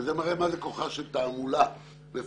וזה מראה מהי כוחה של תעמולה שאנשים